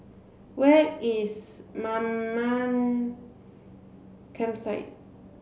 where is Mamam Campsite